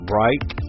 right